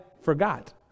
forgot